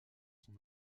son